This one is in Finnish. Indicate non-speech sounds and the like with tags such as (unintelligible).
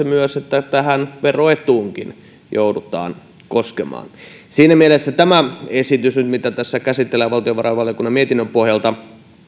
(unintelligible) myös se että tähän veroetuunkin joudutaan koskemaan siinä mielessä tämä esitys nyt mitä tässä käsitellään valtiovarainvaliokunnan mietinnön pohjalta